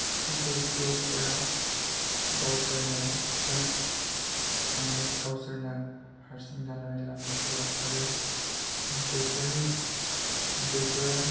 self help ग्रुपफोरा गावसोरनो self माने गावसोरनो हारसिं दानानै लानाय ग्रुप आरो बेफोरो